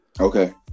Okay